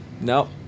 No